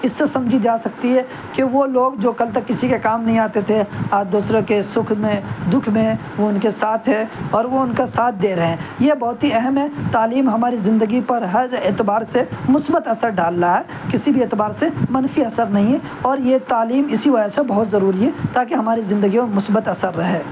اس سے سمجھی جا سکتی ہے کہ وہ لوگ جو کل تک کسی کے کام نہیں آتے تھے آج دوسروں کے سکھ میں دکھ میں وہ ان کے ساتھ ہے اور وہ ان کا ساتھ دے رہے ہیں یہ بہت ہی اہم ہے تعلیم ہماری زندگی پر ہر اعتبار سے مثبت اثر ڈال رہا ہے کسی بھی اعتبار سے منفی اثر نہیں اور یہ تعلیم اسی وجہ سے بہت ضروری ہے تاکہ ہماری زندگیوں مثبت اثر رہے